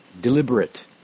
deliberate